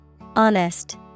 Honest